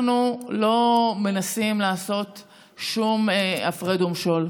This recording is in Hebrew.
אנחנו לא מנסים לעשות שום הפרד ומשול.